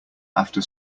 after